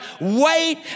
Wait